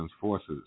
forces